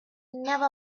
never